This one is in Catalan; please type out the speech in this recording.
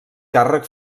càrrec